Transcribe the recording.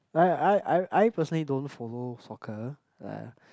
I I I I personally don't follow soccer